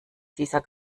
dieser